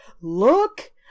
Look